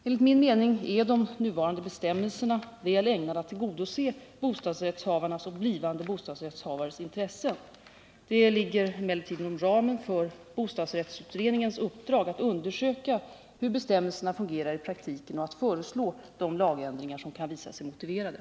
Enligt min mening är de nuvarande bestämmelserna väl ägnade att tillgodose bostadsrättshavares och blivande bostadsrättshavares intressen. Det ligger emellertid inom ramen för bostadsrättsutredningens uppdrag att undersöka hur bestämmelserna fungerar i praktiken och att föreslå de lagändringar som kan visa sig motiverade.